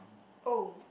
oh